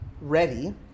ready